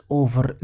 over